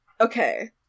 Okay